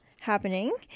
happening